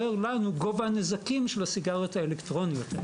הראש הוועדה המיוחדת למאבק בשימוש בסמים אלכוהול והתמכרויות.